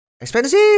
expensive